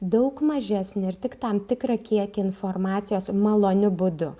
daug mažesnį ir tik tam tikrą kiekį informacijos maloniu būdu